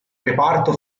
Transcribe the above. reparto